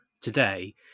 today